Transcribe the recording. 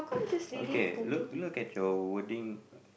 okay look look at your wording